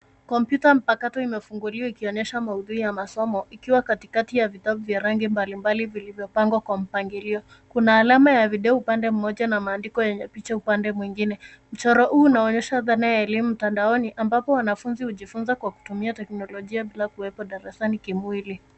Kompyuta mpakato imefunguliwa ikionyesha maudhui ya masomo ikiwa katikati ya vitabu vya rangi mbalimbali vilivyopangwa kwa mpangilio. Kuna alama ya video upande mmoja na maandiko yenye picha upande mwingine. Mchoro huu unaonyesha dhana ya elimu mtandaoni ambapo wanafunzi hujifunza kwa kutumia teknolojia bila kuwepo darasani kimwili.